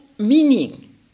meaning